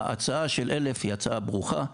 ההצעה של 1,000 היא הצעה ברוכה.